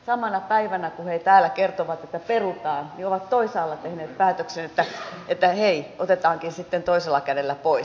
samana päivänä kun he täällä kertovat että perutaan he ovat toisaalla tehneet päätöksen että hei otetaankin sitten toisella kädellä pois